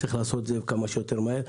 צריך לעשות את זה כמה שיותר מהר,